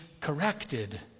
corrected